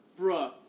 bruh